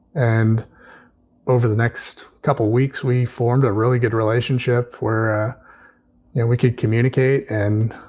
and over the next couple weeks, we formed a really good relationship where and we could communicate. and